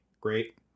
great